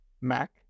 Mac